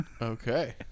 Okay